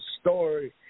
story